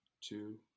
two